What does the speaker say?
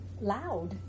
loud